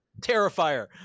Terrifier